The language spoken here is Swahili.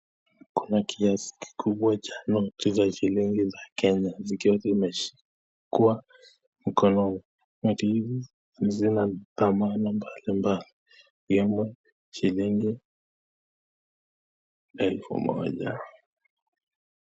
Kuna kiasi kikubwa za noti ya shilingi ya kenya, zikiwa zimeshikwa mkononi, noti hizi zina dhamana mbalimbali ikiwemo shilingi elfu moja.